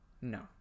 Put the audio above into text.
No